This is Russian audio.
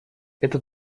это